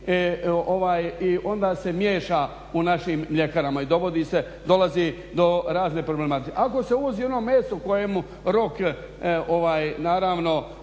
i onda se miješa po našim mljekarama i dolazi do razne problematike. Ako se uvozi ono meso kojemu rok naravno